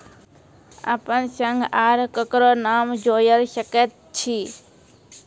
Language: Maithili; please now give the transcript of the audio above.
अपन संग आर ककरो नाम जोयर सकैत छी?